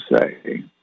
say